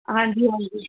ਹਾਂਜੀ ਹਾਂਜੀ